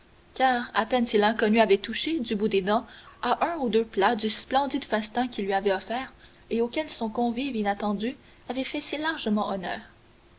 car à peine si l'inconnu avait touché du bout des dents à un ou deux plats du splendide festin qu'il lui avait offert et auquel son convive inattendu avait fait si largement honneur